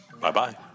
Bye-bye